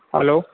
hello